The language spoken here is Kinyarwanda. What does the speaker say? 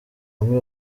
hamwe